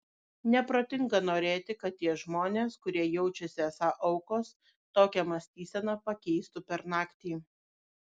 neprotinga norėti kad tie žmonės kurie jaučiasi esą aukos tokią mąstyseną pakeistų per naktį